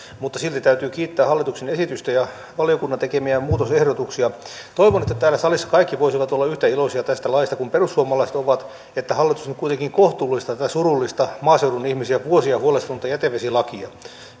mutta silti täytyy kiittää hallituksen esityksestä ja valiokunnan tekemistä muutosehdotuksista toivon että täällä salissa kaikki voisivat olla yhtä iloisia tästä laista kuin perussuomalaiset ovat hallitus nyt kuitenkin kohtuullistaa tätä surullista maaseudun ihmisiä vuosia huolestuttanutta jätevesilakia